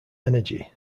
energy